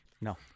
No